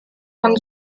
von